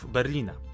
Berlina